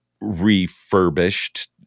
refurbished